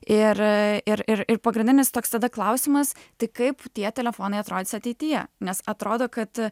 ir ir ir ir pagrindinis toks tada klausimas tai kaip tie telefonai atrodys ateityje nes atrodo kad